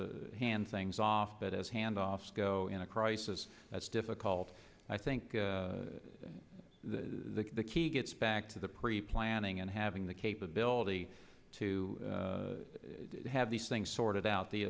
to hand things off that as handoffs go in a crisis that's difficult i think the key gets back to the pre planning and having the capability to have these things sorted out the